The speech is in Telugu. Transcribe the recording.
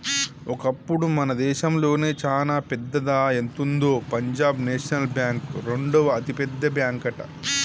ఒకప్పుడు మన దేశంలోనే చానా పెద్దదా ఎంతుందో పంజాబ్ నేషనల్ బ్యాంక్ రెండవ అతిపెద్ద బ్యాంకట